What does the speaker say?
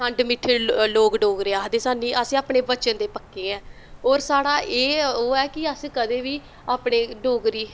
खण्ड मिट्ठे लोग डोगरे आखदे साह्नू अस अपने बचन दे पक्के ऐ और साढ़ा एहे ओह् ऐ कि अस कदें बी अपने डोगरी